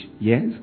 Yes